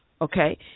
Okay